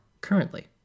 currently